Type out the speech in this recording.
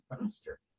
faster